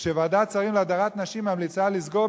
וכשוועדת שרים להדרת נשים ממליצה לסגור